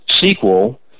sequel